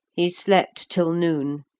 he slept till noon,